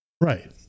Right